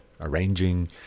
arranging